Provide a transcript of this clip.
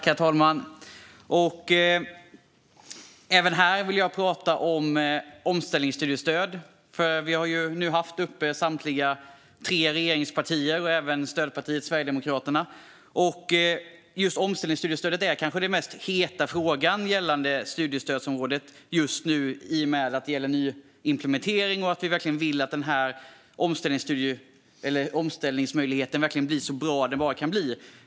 Herr talman! Även här vill jag prata om omställningsstudiestöd, för vi har nu hört samtliga regeringspartier och även stödpartiet Sverigedemokraterna. Just omställningsstudiestödet är kanske den hetaste frågan på studiestödsområdet just nu, i och med att det gäller nyimplementering och vi verkligen vill att den här omställningsmöjligheten blir så bra den bara kan bli.